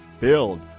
build